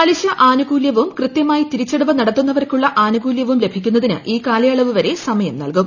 പലിശ ആനുകൂല്യവും കൃത്യമായി തിരിച്ചടവ് നടത്തുന്നവർക്കുള്ള ആനുകൂല്യവും ലഭിക്കുന്നതിന് ഈ കാലയളവു വരെ സമയും നൽകും